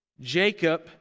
Jacob